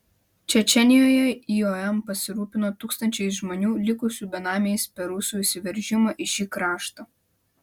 čečėnijoje iom pasirūpino tūkstančiais žmonių likusių benamiais per rusų įsiveržimą į šį kraštą